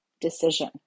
decision